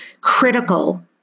critical